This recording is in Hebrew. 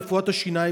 רפואת השיניים,